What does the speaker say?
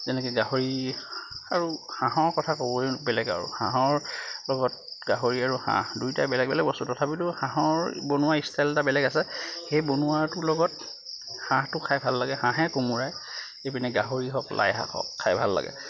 যেনেকে গাহৰি আৰু হাঁহৰ কথা ক'বলে বেলেগ আৰু হাঁহৰ লগত গাহৰি আৰু হাঁহ দুয়োটাই বেলেগ বেলেগ বস্তু তথাপিতো হাঁহৰ বনোৱা ষ্টাইল এটা বেলেগ আছে সেই বনোৱাটোৰ লগত হাঁহটো খাই ভাল লাগে হাঁহে কোমোৰাই এইপিনে গাহৰি হওক লাই শাক হওক খাই ভাল লাগে